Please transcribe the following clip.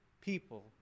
people